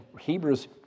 Hebrews